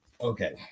okay